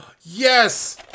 Yes